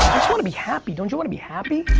wanna be happy. don't you wanna be happy?